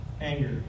anger